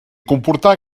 comportà